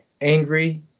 Angry